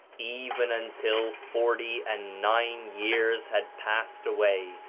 even until forty and nine years had passed away,